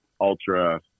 ultra